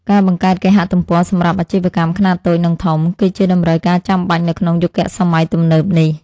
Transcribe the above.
ការបង្កើតគេហទំព័រសម្រាប់អាជីវកម្មខ្នាតតូចនិងធំ គឺជាតម្រូវការចាំបាច់នៅក្នុងយុគសម័យទំនើបនេះ។